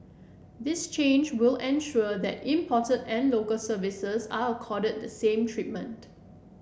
this change will ensure that imported and Local Services are accorded the same treatment